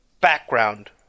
background